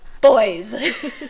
Boys